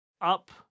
up